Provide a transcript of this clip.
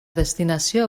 destinació